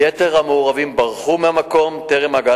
בפרט אירעו בחיפה מאז תחילת